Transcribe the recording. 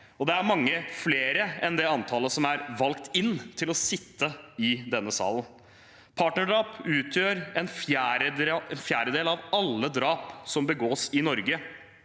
det er mange flere enn det antallet som er valgt inn til å sitte i denne salen. Partnerdrap utgjør en fjerdedel av alle drap som begås i Norge.